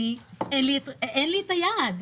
אין לי את היעד.